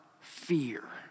Fear